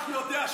גם נתניהו יודע.